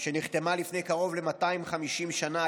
שנחתמה לפני קרוב ל-250 שנה,